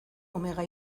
omega